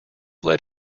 led